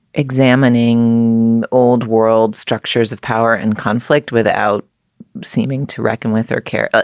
examining old world structures of power and conflict without seeming to reckon with her care,